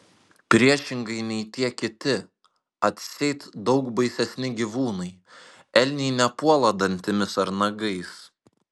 priešingai nei tie kiti atseit daug baisesni gyvūnai elniai nepuola dantimis ar nagais